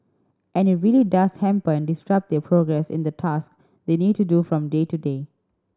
and it really does hamper and disrupt their progress in the task they need to do from day to day